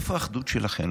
איפה האחדות שלכם?